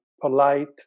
polite